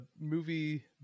movie